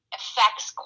affects